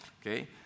okay